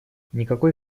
никакой